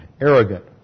arrogant